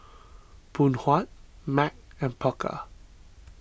Phoon Huat Mac and Pokka